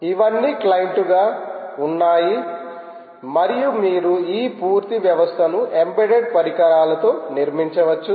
ఇవన్నీ క్లయింట్లుగా ఉన్నాయి మరియు మీరు ఈ పూర్తి వ్యవస్థను ఎంబెడెడ్ పరికరాలతో నిర్మించవచ్చు